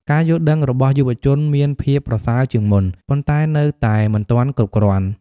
ការយល់ដឹងរបស់យុវជនមានភាពប្រសើរជាងមុន ប៉ុន្តែនៅតែមិនទាន់គ្រប់គ្រាន់។